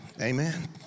Amen